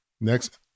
next